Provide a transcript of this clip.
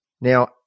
Now